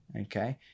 okay